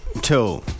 two